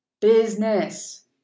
business